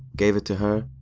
gave it to her.